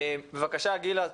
בבקשה גילה,